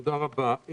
תודה רבה.